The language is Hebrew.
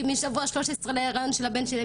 משבוע 13 להריון של הבן שלי,